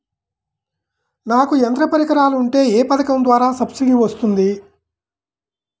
నాకు యంత్ర పరికరాలు ఉంటే ఏ పథకం ద్వారా సబ్సిడీ వస్తుంది?